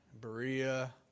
Berea